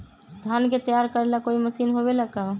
धान के तैयार करेला कोई मशीन होबेला का?